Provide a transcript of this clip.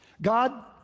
god,